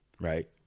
Right